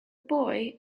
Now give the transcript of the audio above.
boy